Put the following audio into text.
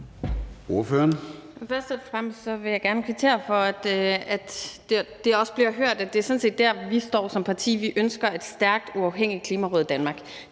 Først og fremmest vil jeg gerne kvittere for, at det også bliver hørt, at det sådan set er der, hvor vi står som parti: Vi ønsker et stærkt og uafhængigt Klimaråd i Danmark.